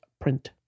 print